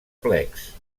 plecs